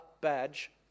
badge